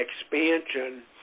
expansion